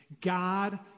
God